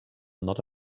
not